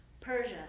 Persia